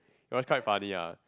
was quite funny lah